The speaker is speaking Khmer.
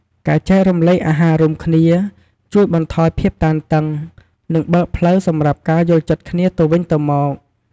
ការចែករំលែកអាហាររួមគ្នា ជួយបន្ថយភាពតានតឹង និងបើកផ្លូវសម្រាប់ការយល់ចិត្តគ្នាទៅវិញទៅមក។